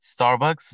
Starbucks